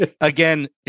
again